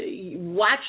watch